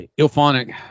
Ilphonic